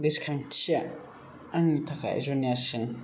गोसोखांथिया आंनि थाखाय जुनियासिन